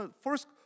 first